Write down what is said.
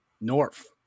North